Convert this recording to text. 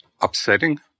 upsetting